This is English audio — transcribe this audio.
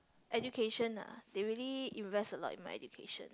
education ah they really invest a lot in my education